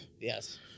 Yes